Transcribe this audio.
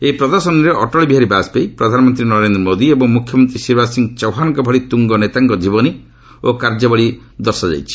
ଏହି ପ୍ରଦର୍ଶନୀରେ ଅଟଳ ବିହାରୀ ବାଜପେୟୀ ପ୍ରଧାନମନ୍ତ୍ରୀ ନରେନ୍ଦ୍ର ମୋଦି ଏବଂ ମୁଖ୍ୟମନ୍ତ୍ରୀ ଶିବରାଜ ସିଂ ଚୌହନଙ୍କ ଭଳି ତୁଙ୍ଗ ନେତାଙ୍କ ଜୀବନୀ ଓ କାର୍ଯ୍ୟାବଳୀ ଦର୍ଶାଯାଇଛି